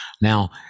Now